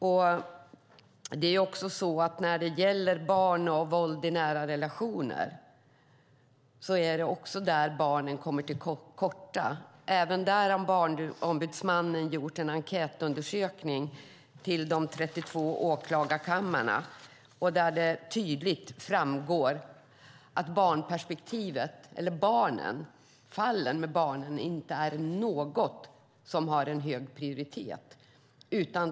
Barnen kommer till korta vid våld i nära relationer. Även där har Barnombudsmannen gjort en enkätundersökning riktad till de 32 åklagarkamrarna. Det framgår tydligt att fallen med barnen inte är något som har hög prioritet.